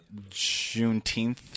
Juneteenth